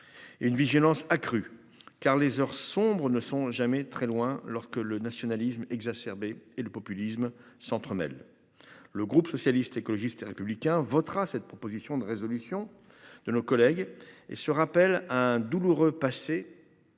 une vigilance accrue car les heures sombres ne sont jamais très loin alors que le nationalisme exacerbé et le populisme s'entremêlent. Le groupe socialiste, écologiste et républicain votera cette proposition de résolution de nos collègues et se rappelle un douloureux passé.